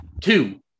two